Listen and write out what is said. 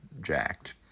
jacked